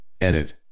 edit